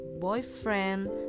boyfriend